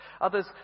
others